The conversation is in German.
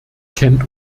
kennt